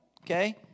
Okay